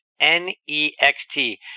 N-E-X-T